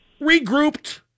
regrouped